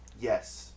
Yes